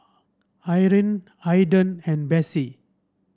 Eryn Ayden and Bessie